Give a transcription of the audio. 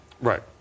Right